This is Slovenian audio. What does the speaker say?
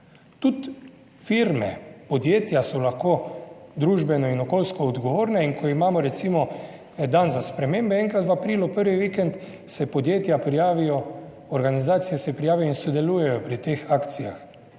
Tudi firme, podjetja so lahko družbeno in okolijsko odgovorne in ko imamo recimo dan za spremembe enkrat v aprilu, prvi vikend, se podjetja prijavijo, organizacije se prijavijo in sodelujejo pri teh akcijah.